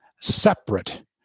separate